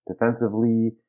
defensively